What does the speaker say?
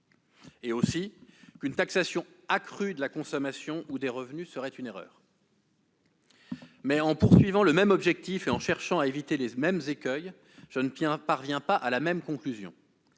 et l'idée qu'une taxation accrue de la consommation ou des revenus serait une erreur. Mais, en fixant le même objectif et en cherchant à éviter les mêmes écueils, je ne parviens pas à la même conclusion.